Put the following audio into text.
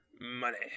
Money